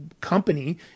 Company